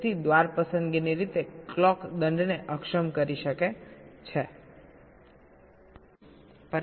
તેથી દ્વાર પસંદગીની રીતે ક્લોક દંડને અક્ષમ કરી શકે છે